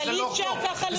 אי אפשר לנהל ככה דיון.